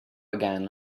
again